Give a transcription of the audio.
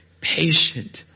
patient